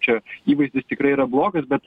čia įvaizdis tikrai yra blogas bet